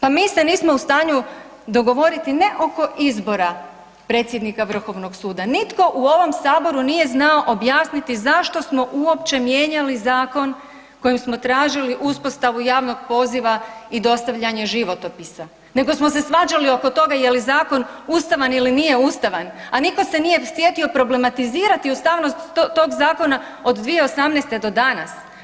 Pa mi se nismo u stanju dogovoriti ne oko izbora predsjednika Vrhovnog suda, nitko u ovom Saboru nije znao objasniti zašto smo uopće mijenjali zakon kojim smo tražili uspostavu javnog poziva i dostavljanje životopisa, nego smo se svađali oko toga je li zakon ustavan ili nije ustavan, a niko se nije sjetio problematizirati ustavnost tog zakona od 2018.do danas.